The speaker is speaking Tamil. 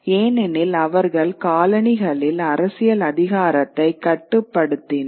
ஏனெனில் அவர்கள் காலனிகளில் அரசியல் அதிகாரத்தைக் கட்டுப்படுத்தினர்